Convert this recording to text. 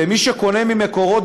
ומי שקונה מ"מקורות",